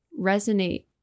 resonate